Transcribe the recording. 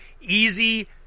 easy